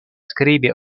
skribi